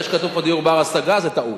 זה שכתוב פה "דיור בר-השגה" זה טעות.